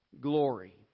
glory